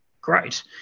great